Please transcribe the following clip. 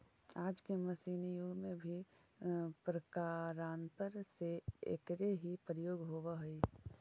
आज के मशीनी युग में भी प्रकारान्तर से एकरे ही प्रयोग होवऽ हई